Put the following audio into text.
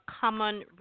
common